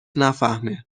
نفهمه